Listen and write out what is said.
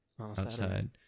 outside